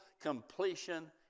completion